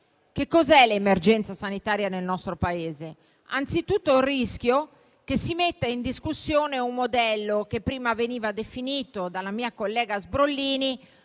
tema dell'emergenza sanitaria nel nostro Paese, che si manifesta anzitutto nel rischio che si metta in discussione un modello che prima veniva definito dalla mia collega Sbrollini